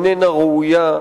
איננה ראויה,